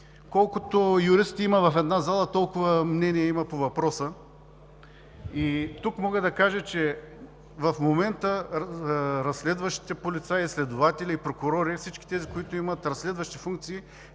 „Колкото юристи има в една зала, толкова мнения има по въпроса“. В момента разследващите полицаи, следователи и прокурори, всички, които имат разследващи функции,